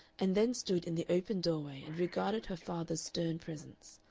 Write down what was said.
and then stood in the open doorway and regarded her father's stern presence.